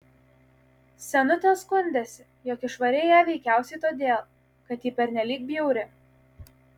senutė skundėsi jog išvarei ją veikiausiai todėl kad ji pernelyg bjauri